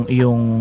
yung